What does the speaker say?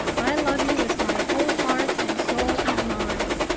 i love you with my whole heart and soul and mind.